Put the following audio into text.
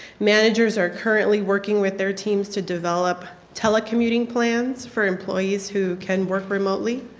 managers are currently working with our teams to develop telecommuting plans for employees who can work remotely.